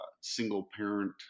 single-parent